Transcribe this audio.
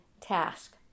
task